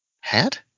hat